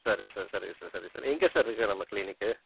சரி சார் சரி சார் சரி சார் எங்கே சார் இருக்குது நம்ம க்ளீனிக்கு